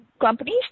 companies